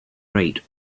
right